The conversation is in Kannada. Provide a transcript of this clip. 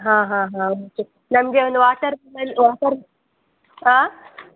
ಹಾಂ ಹಾಂ ಹಾಂ ನಮಗೆ ಒಂದು ವಾಟರ್ಮೆಲ್ ವಾಟರ್ ಆಂ